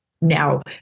now